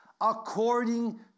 according